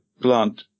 plant